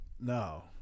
No